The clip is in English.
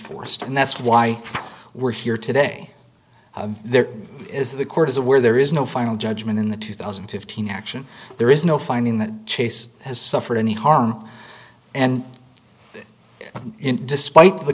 forced and that's why we're here today there is the court is aware there is no final judgment in the two thousand and fifteen action there is no finding that chase has suffered any harm and despite the